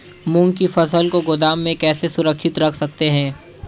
मूंग की फसल को गोदाम में कैसे सुरक्षित रख सकते हैं?